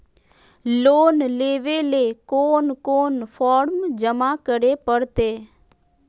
Loan लेवे ले कोन कोन फॉर्म जमा करे परते?